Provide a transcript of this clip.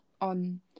on